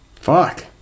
Fuck